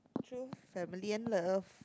through family and love